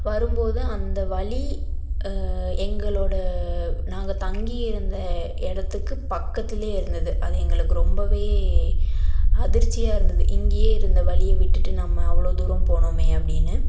வரும்போது அந்த வழி எங்களோடய நாங்கள் தங்கி இருந்த இடத்துக்கு பக்கத்திலே இருந்தது அது எங்களுக்கு ரொம்பவே அதிர்ச்சியாருந்தது இங்கேயே இருந்த வழிய விட்டுவிட்டு நம்ம அவ்வளோ தூரம் போனோமே அப்படின்னு